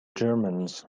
germans